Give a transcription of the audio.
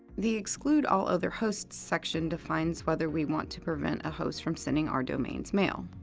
the exclude all other hosts section defines whether we want to prevent a host from sending our domain's mail.